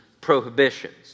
prohibitions